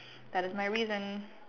that is my reason